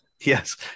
Yes